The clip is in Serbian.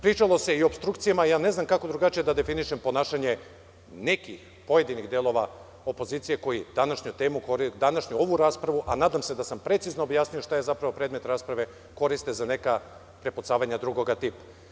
Pričalo se i o opstrukcijama, ja ne znam kako drugačije da definišem ponašanje nekih pojedinih delova opozicije koji današnju ovu raspravu, a nadam se da sam precizno objasnio šta je zapravo predmet rasprave, koriste za neka prepucavanja drugoga tipa.